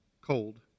cold